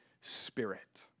Spirit